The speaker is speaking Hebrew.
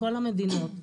מכל המדינות,